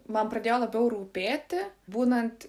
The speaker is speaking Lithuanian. man pradėjo labiau rūpėti būnant